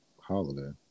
holiday